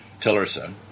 Tillerson